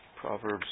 Proverbs